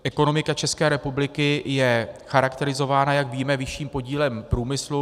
Ekonomika České republiky je charakterizována, jak víme, vyšším podílem průmyslu.